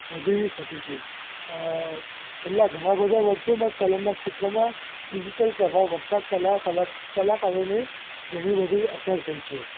વધી શકે છે અ છેલ્લા ઘણા બધા વર્ષોમાં કલાનાં ક્ષેત્રોમાં ડિજિટલ પ્રભાવ વધતાં કલા કલાક કલાકારોને ઘણી બધી અસર થઈ છે